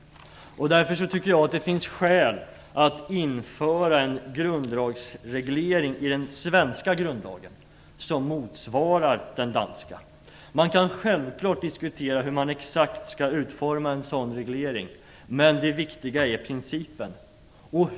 Därför tycker jag att det finns skäl för att införa en grundlagsreglering i den svenska grundlagen som ger oss en ordning som motsvarar den danska. Det kan självfallet diskuteras hur man exakt skall utforma en sådan reglering, men det viktiga är principen.